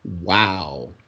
Wow